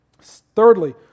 Thirdly